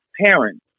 parents